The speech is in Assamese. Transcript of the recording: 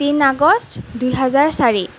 তিনি আগষ্ট দুহেজাৰ চাৰি